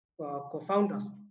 co-founders